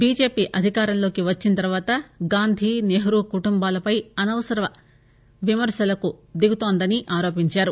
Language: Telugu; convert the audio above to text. బిజెపి అధికారంలోకి వచ్చిన తర్వాత గాంధీ నెహ్రూ కుటుంబాలపై అనవసర విమర్పలకు దిగుతోందని ఆరోపించారు